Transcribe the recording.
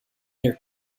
their